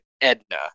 Edna